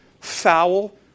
foul